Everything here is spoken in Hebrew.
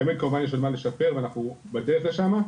תמיד כמובן יש עוד מה לשפר ואנחנו בדרך לשם,